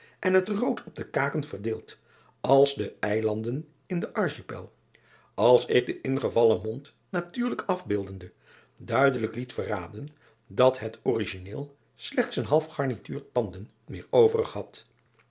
en het rood op de kaken verdeeld als de eilanden in den archipel als ik den ingevallen mond natuurlijk afbeeldende duidelijk liet verraden dat het origineel slechts een half garnituur tanden meer overig had